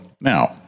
Now